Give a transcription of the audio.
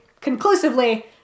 conclusively